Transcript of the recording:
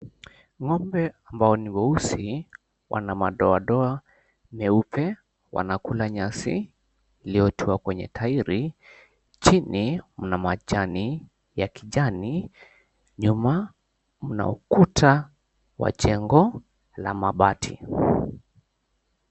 Ng'ombe ambao ni weusi wana madoadoa meupe wanakula nyasi iliyotiwa kwenye tairi. Chini mna majani ya kijani nyuma mna ukuta wa jengo la mabati.